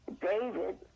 David